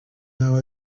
now